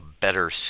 better